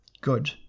Good